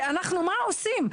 כי מה אנחנו עושים?